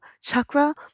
chakra